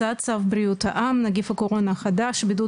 הצעת צו בריאות העם (נגיף הקורונה החדש)(בידוד